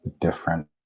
different